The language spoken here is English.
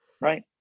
Right